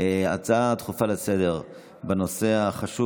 ההצעה הדחופה לסדר-היום בנושא החשוב